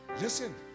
listen